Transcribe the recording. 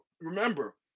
remember